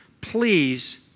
please